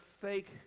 fake